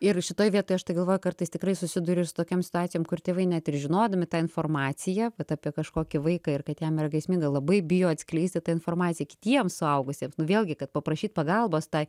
ir šitoj vietoj aš tai galvoju kartais tikrai susiduriu ir su tokiom situacijom kur tėvai net ir žinodami tą informaciją vat apie kažkokį vaiką ir kad jam yra grėsminga labai bijo atskleisti tą informaciją kitiems suaugusiems vėlgi kad paprašyt pagalbos tai